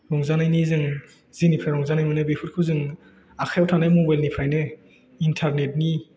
रंजानायनि जों जेनिफ्राय जों रंजानाय मोनो बेफोरखौ जों आखाइआव थानाय मबाइलनिफ्रायनो इन्थारनेटनि